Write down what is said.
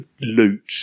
loot